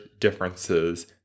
differences